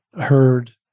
heard